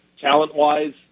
talent-wise